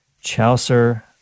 Chaucer